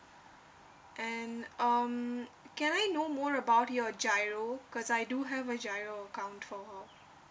and um can I know more about your giro cause I do have my giro account for